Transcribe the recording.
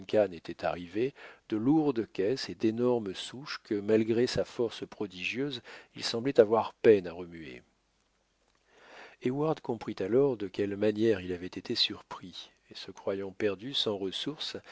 était arrivé de lourdes caisses et d'énormes souches que malgré sa force prodigieuse il semblait avoir peine à remuer heyward comprit alors de quelle manière il avait été surpris et se croyant perdu sans ressource